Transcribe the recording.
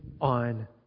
on